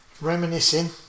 reminiscing